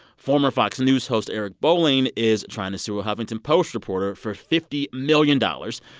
former fox news host eric bolling is trying to sue a huffington post reporter for fifty million dollars.